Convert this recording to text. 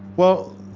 well,